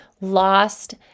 lost